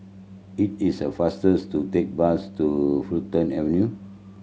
it is a fastest to take bus to Fulton Avenue